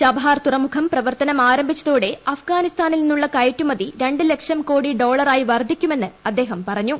Chabahar തുറമുഖം പ്രവർത്തനം ആരംഭിച്ചതോടെ അഫ്ഗാനിസ്ഥാനിൽ നിന്നുള്ള കയറ്റുമുതി രണ്ട് ലക്ഷം കോടി ഡോളറായി വർദ്ധിക്കുമെന്ന് അദ്ദേഹം പറഞ്ഞു